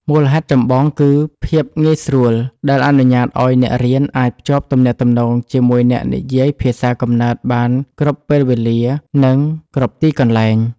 មូលហេតុចម្បងគឺភាពងាយស្រួល ដែលអនុញ្ញាតឱ្យអ្នករៀនអាចភ្ជាប់ទំនាក់ទំនងជាមួយអ្នកនិយាយភាសាកំណើតបានគ្រប់ពេលវេលា និងគ្រប់ទីកន្លែង។